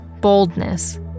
boldness